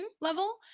level